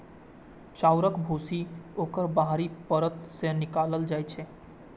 चाउरक भूसी ओकर बाहरी परत सं निकालल जाइ छै